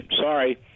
Sorry